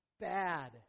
bad